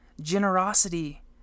generosity